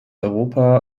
europa